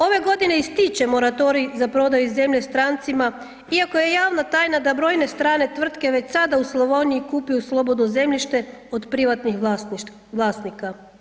Ove godine ističe moratorij za prodaju zemlje strancima iako je javna tajna da brojne strane tvrtke već sada u Slavoniji kupuju slobodno zemljište od privatnih vlasnika.